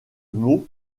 mot